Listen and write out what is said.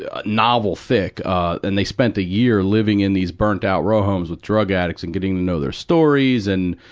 a novel thick, ah, and they spent a year living in these burnt out row homes with drug addicts and getting to know their stories, and,